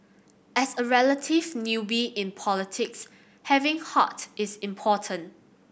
as a relative newbie in politics having heart is important